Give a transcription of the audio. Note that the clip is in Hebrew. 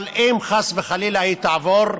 אבל אם חס וחלילה היא תעבור,